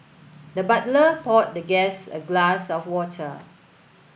the butler poured the guest a glass of water